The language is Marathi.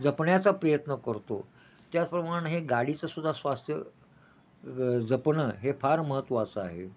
जपण्याचा प्रयत्न करतो त्याचप्रमाण हे गाडीचं सुद्धा स्वास्थ्य ग जपणं हे फार महत्त्वाचं आहे